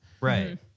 Right